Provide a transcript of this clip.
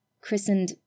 Christened